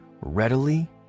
readily